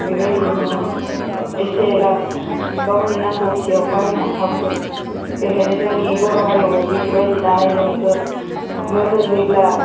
बेबायदियैनो इसे एला गावनि नांगौथियाव बाहायनो हाबोदों बेखायनो जोंनि बर' हारियावबो बेफोरबायदि दानाय लुनायखौ नोजोर होयोब्ला